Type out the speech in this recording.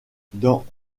dans